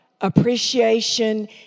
appreciation